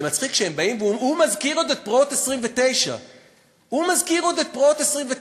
זה מצחיק שהוא מזכיר עוד את פרעות 1929. הוא מזכיר עוד את פרעות 1929,